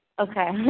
Okay